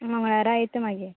मंगळारा येता मागीर